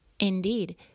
Indeed